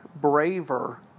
braver